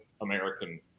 American